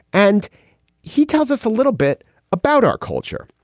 and he tells us a little bit about our culture.